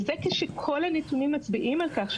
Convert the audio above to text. וזה כשכל הנתונים מצביעים על כך,